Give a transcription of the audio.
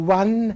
one